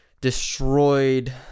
destroyed